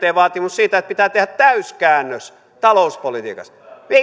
rinteen vaatimus siitä että pitää tehdä täyskäännös talouspolitiikassa